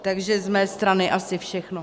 Takže z mé strany asi všechno.